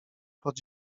pod